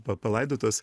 pa palaidotas